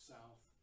South